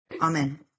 Amen